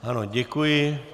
Ano, děkuji.